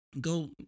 Go